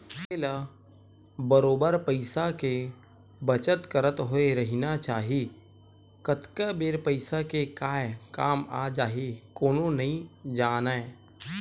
मनखे ल बरोबर पइसा के बचत करत होय रहिना चाही कतका बेर पइसा के काय काम आ जाही कोनो नइ जानय